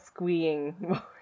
squeeing